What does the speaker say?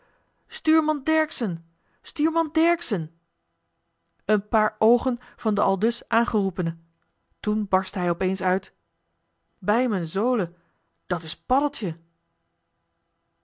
stuurman dercksen stuurman dercksen een paar oogen van den aldus aangeroepene toen barstte hij opeens uit bij m'n zolen dat is